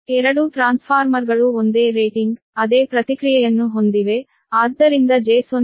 ಎರಡೂ ಟ್ರಾನ್ಸ್ಫಾರ್ಮರ್ಗಳು ಒಂದೇ ರೇಟಿಂಗ್ ಅದೇ ಪ್ರತಿಕ್ರಿಯೆಯನ್ನು ಹೊಂದಿವೆ ಆದ್ದರಿಂದ j0